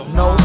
no